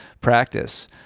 practice